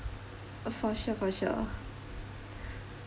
for sure for sure